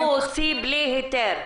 --- הוא אפילו הוציא בלי היתר.